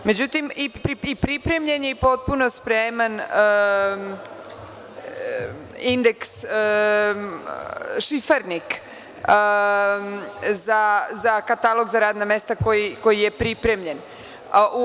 Međutim, pripremljen je i potpuno spreman indeks, šifarnik za katalog za radna mesta, koji je pripremljen.